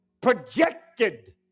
projected